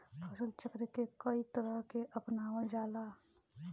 फसल चक्र के कयी तरह के अपनावल जाला?